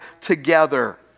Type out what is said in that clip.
together